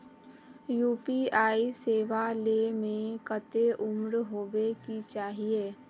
UPI सेवा ले में कते उम्र होबे के चाहिए?